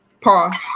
Pause